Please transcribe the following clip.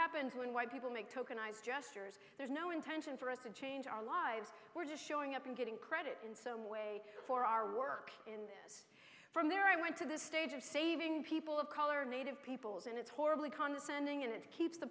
happens when white people make tokenized gestures there's no intention for us to change our lives we're just showing up and getting credit and so no way for our work and from there i went to this stage of saving people of color of native peoples and it's horribly condescending and it keeps the